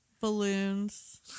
balloons